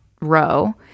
row